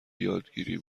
یادگیری